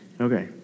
Okay